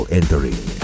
entering